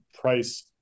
price